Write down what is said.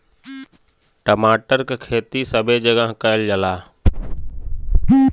टमाटर क खेती सबे जगह करल जाला